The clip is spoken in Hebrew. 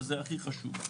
שזה הכי חשוב,